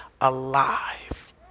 alive